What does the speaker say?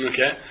Okay